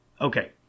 okay